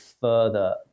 further